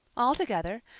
altogether,